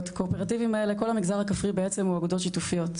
הקואופרטיבים האלה לכל המגזר הכפרי בעצם הוא אגודות שיתופיות.